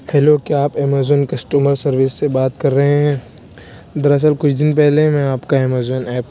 hello کیا آپ Amazon customer service سے بات کر رہے ہیں دراصل کچھ دن پہلے میں آپ کا امیزون ایپ